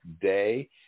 Day